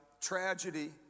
tragedy